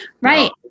right